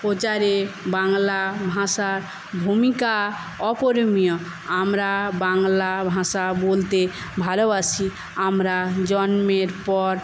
প্রচারে বাংলা ভাষার ভূমিকা অপরিমিয় আমরা বাংলা ভাষা বলতে ভালোবাসি আমরা জন্মের পর